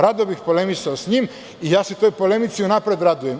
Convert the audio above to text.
Rado bih polemisao s njim i toj polemici se unapred radujem.